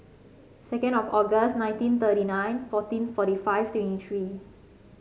second of August nineteen thirty nine fourteen forty five twenty three